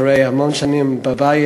אחרי המון שנים בבית,